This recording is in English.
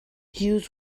hughes